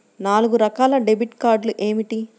నాలుగు రకాల డెబిట్ కార్డులు ఏమిటి?